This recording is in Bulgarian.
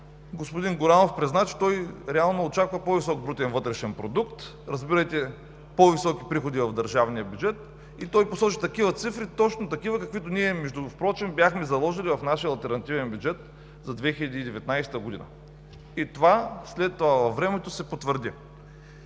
господин Горанов призна, че той реално очаква по-висок брутен вътрешен продукт, разбирайте по-високи приходи в държавния бюджет, и той посочи такива цифри, точно такива, каквито ние впрочем бяхме заложили в нашия алтернативен бюджет за 2019 г. И това след това във времето се потвърди.